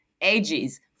ages